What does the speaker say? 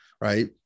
Right